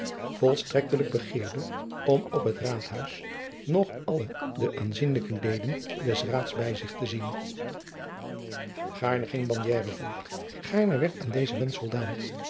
volstrektelijk begeerde om op het raadhuis nog alle de aanadriaan loosjes pzn het leven van maurits lijnslager zienlijke leden des raads bij zich te zien gaarne ging bandiere voort gaarne werd aan dezen wensch voldaan